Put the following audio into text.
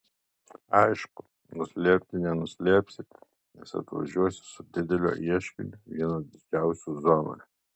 aišku nuslėpti nenuslėpsi nes atvažiuosi su dideliu ieškiniu vienu didžiausių zonoje